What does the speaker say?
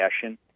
fashion